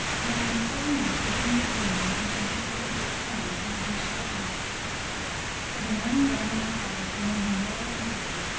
now on a certain night he dreamed a dream that he should be favoured with a son, who would be short lived so the morning dawned on my father bringing him woe and weeping.